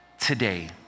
today